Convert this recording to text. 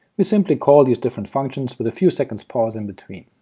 we simply call these different functions with a few seconds pause in between.